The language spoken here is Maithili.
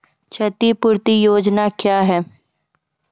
क्षतिपूरती योजना क्या हैं?